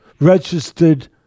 registered